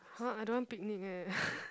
!huh! I don't want Picnic eh